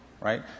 right